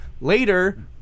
later